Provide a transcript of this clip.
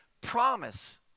promise